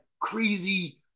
crazy